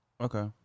Okay